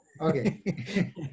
Okay